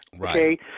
okay